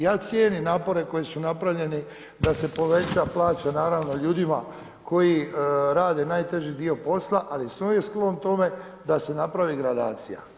Ja cijenim napore koji su napravljeni da se poveća plaća naravno ljudima koji rade najteži dio posla, ali sam uvijek sklon tome da se napravi gradacija.